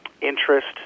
interest